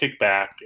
kickback